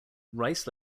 rice